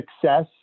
success